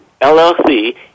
LLC